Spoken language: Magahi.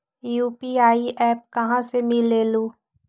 यू.पी.आई एप्प कहा से मिलेलु?